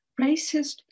racist